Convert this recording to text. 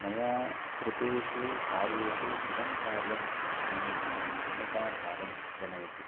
मया कृतेषु कार्येषु इदं कार्यं मयि धन्यताभावं जनयति